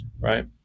right